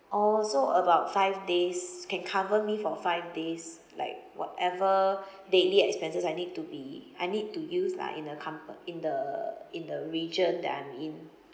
orh so about five days can cover me for five days like whatever daily expenses I need to be I need to use like in the compa~ in the in the region that I'm in